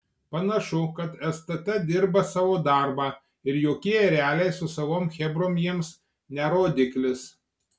panašu kad stt dirba savo darbą ir jokie ereliai su savom chebrom jiems ne rodiklis